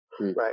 Right